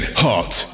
hot